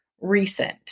Recent